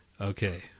Okay